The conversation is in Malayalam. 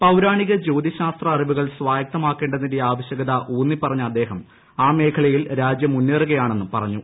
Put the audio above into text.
പൌരാണിക ജ്യോതി ശാസ്ത്ര്യൂഅറിവുകൾ സ്വായത്തമാക്കേണ്ടതിന്റെ ആവശ്യകത ഊന്നിപ്പറഞ്ഞ അദ്ദേഹം ആ മേഖലയിൽ രാജ്യം മുന്നേറുകയാണെന്നും പറ്റഞ്ഞു